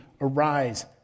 arise